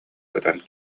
көтөн